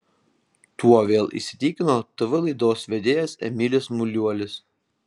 tuo vėl įsitikino tv laidos vedėjas emilis muliuolis